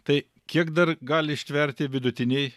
tai kiek dar gali ištverti vidutiniai